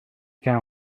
can